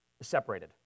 separated